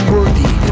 Worthy